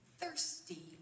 thirsty